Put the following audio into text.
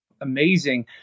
Amazing